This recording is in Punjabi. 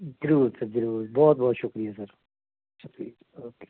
ਜ਼ਰੂਰ ਸਰ ਜ਼ਰੂਰ ਬਹੁਤ ਬਹੁਤ ਸ਼ੁਕਰੀਆ ਸਰ ਸ਼ੁਕਰੀਆ ਓਕੇ